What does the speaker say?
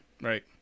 right